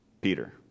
Peter